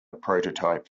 prototype